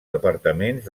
departaments